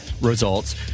results